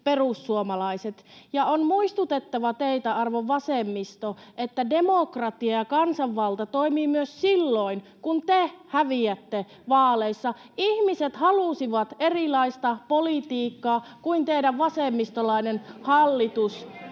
perussuomalaiset. Ja on muistutettava teitä, arvon vasemmisto, että demokratia ja kansanvalta toimivat myös silloin, kun te häviätte vaaleissa. Ihmiset halusivat erilaista politiikkaa kuin mitä teidän vasemmistolainen hallitus